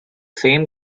same